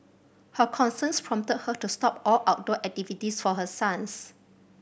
her concerns prompted her to stop all outdoor activities for her sons